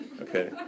okay